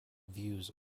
views